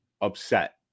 upset